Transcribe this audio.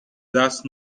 دست